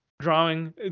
drawing